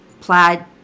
plaid